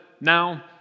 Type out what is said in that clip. now